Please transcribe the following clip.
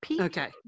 Okay